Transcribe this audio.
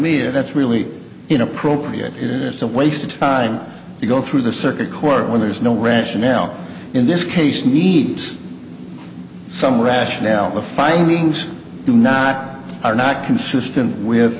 media that's really inappropriate it is a waste of time to go through the circuit court when there is no rationale in this case needs some rationale the findings do not are not consistent